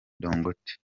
dangote